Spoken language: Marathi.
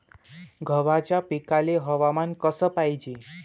गव्हाच्या पिकाले हवामान कस पायजे?